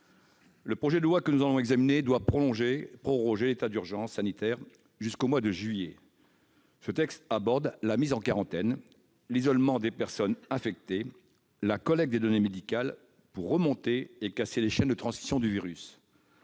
Le projet de loi que nous allons examiner doit proroger l'état d'urgence sanitaire jusqu'au mois de juillet. Ce texte traite de la mise en quarantaine, de l'isolement des personnes infectées et de la collecte des données médicales pour remonter et casser les chaînes de transmission du virus.